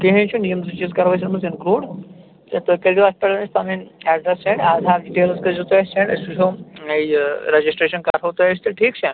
کِہیٖنۍ چھُنہٕ یِم زٕ چیٖز کَرو أسۍ اَتھ منٛز اِنکِلوٗڈ تہٕ تُہۍ کٔرۍ زیٚو اَتھ پٮ۪ٹھ اسہِ پَنٕنۍ ایٚڈرَس سیٚنٛڈ آدھار ڈِٹیلٕز کٔرۍ زیٚو تُہۍ اسہِ سیٚنٛڈ أسۍ وُچھو یہِ رجسٹرٛیشن کَرہو تۄہہِ أسۍ تہٕ ٹھیٖک چھا